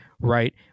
right